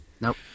Nope